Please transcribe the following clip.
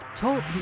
Talk